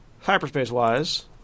hyperspace-wise